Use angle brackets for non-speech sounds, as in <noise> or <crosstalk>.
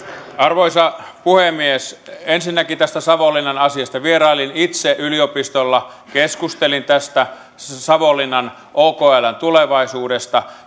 arvoisa puhemies ensinnäkin tästä savonlinnan asiasta vierailin itse yliopistolla keskustelin tästä savonlinnan okln tulevaisuudesta <unintelligible>